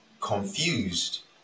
confused